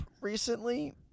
recently